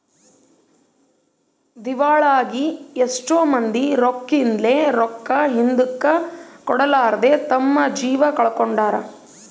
ದಿವಾಳಾಗಿ ಎಷ್ಟೊ ಮಂದಿ ರೊಕ್ಕಿದ್ಲೆ, ರೊಕ್ಕ ಹಿಂದುಕ ಕೊಡರ್ಲಾದೆ ತಮ್ಮ ಜೀವ ಕಳಕೊಂಡಾರ